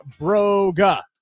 Broga